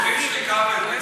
את שוברים שתיקה ובצלם?